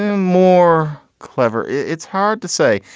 ah more clever. it's hard to say.